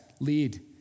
lead